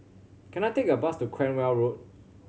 can I take a bus to Cranwell Road